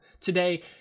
Today